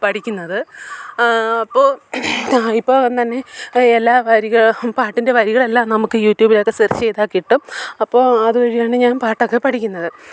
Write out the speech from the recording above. പഠിക്കുന്നത് അപ്പോൾ അപ്പോൾ വന്നു തന്നെ എല്ലാ വരിക പാട്ടിൻ്റെ വരികളെല്ലാം നമുക്ക് യുട്യൂബിലൊക്കെ സെർച്ച് ചെയ്താൽ കിട്ടും അപ്പോൾ അതുവഴിയാണ് ഞാൻ പാട്ടൊക്കെ പഠിക്കുന്നത്